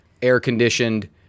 air-conditioned